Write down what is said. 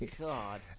god